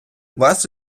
вас